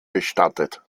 bestattet